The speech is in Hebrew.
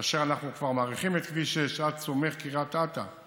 כאשר אנחנו כבר מאריכים את כביש 6 עד סומך קריית אתא,